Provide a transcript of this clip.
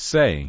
Say